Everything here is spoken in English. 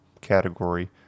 category